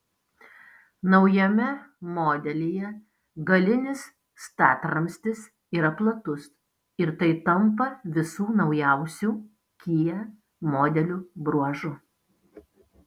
naujame modelyje galinis statramstis yra platus ir tai tampa visų naujausių kia modelių bruožu